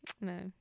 No